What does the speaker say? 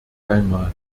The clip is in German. einmal